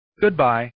Goodbye